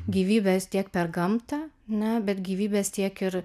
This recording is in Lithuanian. gyvybės tiek per gamtą na bet gyvybės tiek ir